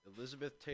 Elizabeth